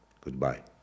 Goodbye